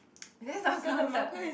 that's not counted